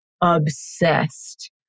obsessed